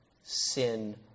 sin